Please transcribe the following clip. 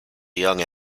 young